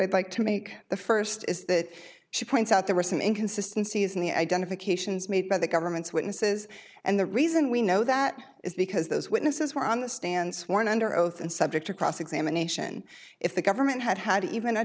i'd like to make the first is that she points out there was an inconsistency is in the identifications made by the government's witnesses and the reason we know that is because those witnesses were on the stand sworn under oath and subject to cross examination if the government had had even a